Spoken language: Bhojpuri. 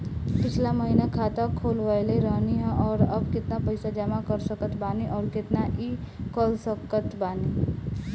पिछला महीना खाता खोलवैले रहनी ह और अब केतना पैसा जमा कर सकत बानी आउर केतना इ कॉलसकत बानी?